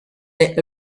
est